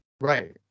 Right